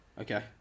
Okay